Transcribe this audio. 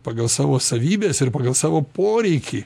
pagal savo savybes ir pagal savo poreikį